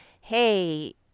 hey